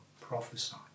prophesy